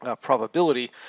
probability